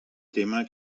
tema